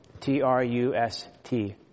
T-R-U-S-T